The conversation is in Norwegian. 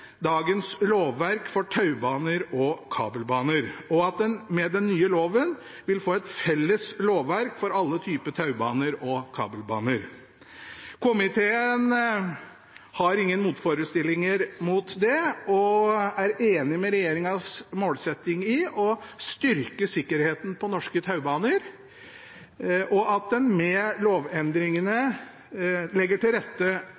dagens lovverk for taubaner og kabelbaner, og at en med den nye loven vil få et felles lovverk for alle typer taubaner og kabelbaner. Komiteen har ingen motforestillinger mot det og er enig i regjeringens målsetting om å styrke sikkerheten på norske taubaner og at en med lovendringene legger til rette